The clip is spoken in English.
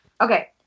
Okay